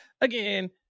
again